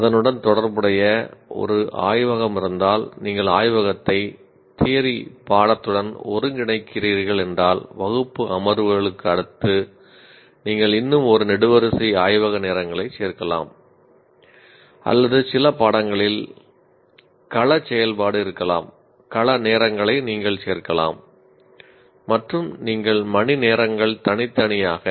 அதனுடன் தொடர்புடைய ஒரு ஆய்வகம் இருந்தால் நீங்கள் ஆய்வகத்தை தியரி பாடத்துடன் ஒருங்கிணைக்கிறீர்கள் என்றால் வகுப்பு அமர்வுகளுக்கு அடுத்து நீங்கள் இன்னும் ஒரு நெடுவரிசை ஆய்வக நேரங்களைச் சேர்க்கலாம் அல்லது சில பாடங்களில் களச் செயல்பாடு இருக்கலாம் கள நேரங்களை நீங்கள் சேர்க்கலாம் மற்றும் நீங்கள் மணிநேரங்கள் தனித்தனியாக